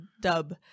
dub